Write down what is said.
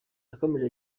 yakomeje